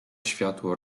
światło